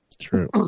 True